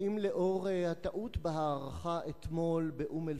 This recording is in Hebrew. האם לאור ההערכה המוטעית אתמול באום-אל-פחם,